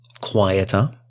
quieter